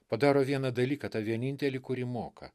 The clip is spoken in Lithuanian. padaro vieną dalyką tą vienintelį kurį moka